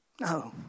No